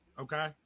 Okay